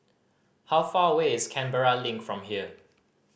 how far away is Canberra Link from here